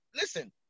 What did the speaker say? Listen